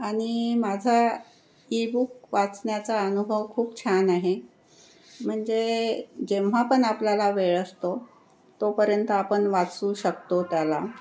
आणि माझा e book वाचण्याचा अनुभव खूप छान आहे म्हणजे जेव्हा पण आपल्याला वेळ असतो तोपर्यंत आपण वाचू शकतो त्याला